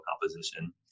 composition